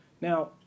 Now